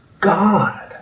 God